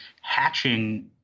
hatching